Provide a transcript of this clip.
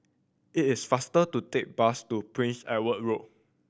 it is faster to take the bus to Prince Edward Road